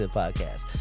podcast